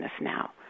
now